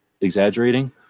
exaggerating